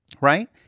right